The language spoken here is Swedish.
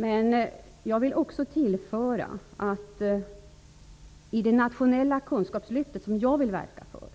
Men jag vill också tillföra att i det nationella kunskapslyft som jag vill verka för